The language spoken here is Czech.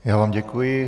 Já vám děkuji.